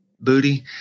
booty